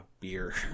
beer